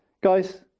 Guys